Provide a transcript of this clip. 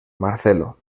marcelo